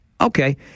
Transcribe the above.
Okay